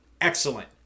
Excellent